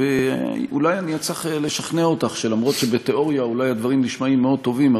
אולי אצליח לשכנע אותך שאף שבתיאוריה אולי הדברים נשמעים טובים מאוד,